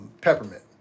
Peppermint